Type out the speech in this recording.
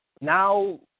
now